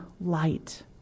light